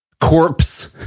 corpse